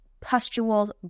pustules